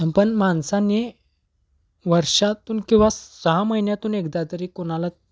पण माणसाने वर्षातून किंवा सहा महिन्यातून एकदा तरी कोणाला